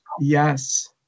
Yes